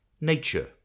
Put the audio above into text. Nature